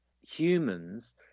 humans